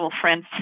friends